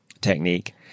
Technique